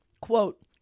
quote